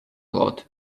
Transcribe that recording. lot